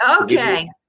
Okay